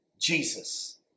Jesus